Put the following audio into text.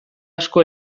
asko